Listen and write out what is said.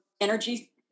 energy